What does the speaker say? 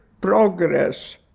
progress